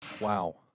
Wow